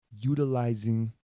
utilizing